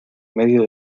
medio